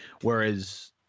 whereas